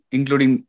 Including